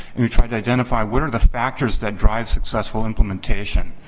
and we tried to identify what are the factors that drive successful implementation?